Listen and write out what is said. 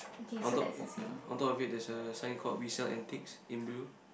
on top ya on top of it there is a sign called resell antiques in blue